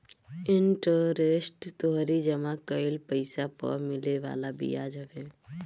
interest तोहरी जमा कईल पईसा पअ मिले वाला बियाज हवे